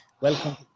Welcome